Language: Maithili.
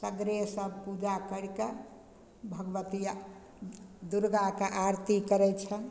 सगरे सब पूजा करिकऽ भगवती दुर्गाके आरती करय छनि